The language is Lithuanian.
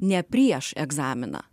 ne prieš egzaminą